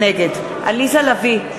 נגד עליזה לביא,